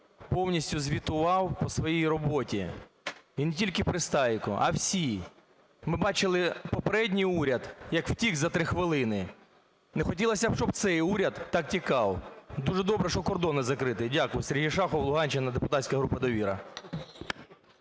повністю звітував по своїй роботі, і не тільки Пристайко, а всі. Ми бачили, попередній уряд як втік за 3 хвилини. Не хотілося б, щоб цей уряд так тікав, дуже добре, що кордони закриті. Дякую. Сергій Шахов, Луганщина, депутатська група "Довіра".